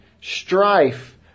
strife